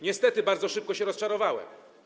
Niestety bardzo szybko się rozczarowałem.